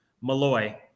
Malloy